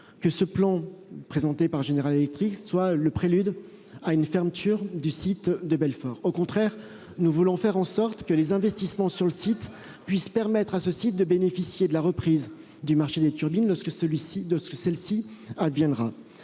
que le plan présenté par General Electric soit le prélude à une fermeture du site de Belfort. Il faut réagir alors ! Au contraire, nous voulons que les investissements sur le site lui permettent de bénéficier de la reprise du marché des turbines lorsque celle-ci adviendra.